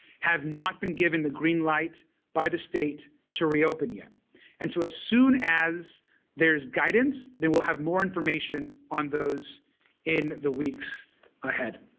have not been given the green light by the state to reopen yet and so as soon as there's guidance then we'll have more information on those in the weeks ahead.